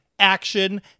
Action